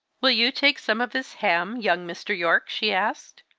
will you take some of this ham, young mr. yorke? she asked.